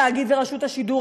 התאגיד ורשות השידור,